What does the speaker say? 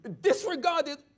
disregarded